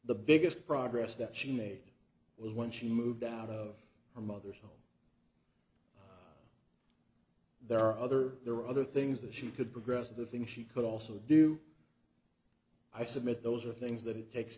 the biggest progress that she made was when she moved out of her mother's home there are other there are other things that she could progress of the things she could also do i submit those are things that it takes